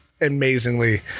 amazingly